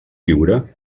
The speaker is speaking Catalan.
viure